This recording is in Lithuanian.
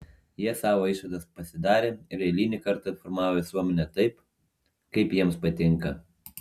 jie savo išvadas pasidarė ir eilinį kartą informavo visuomenę taip kaip jiems patinka